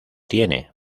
tiene